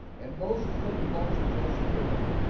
and moses took the bones of joseph with him,